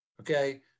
Okay